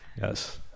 Yes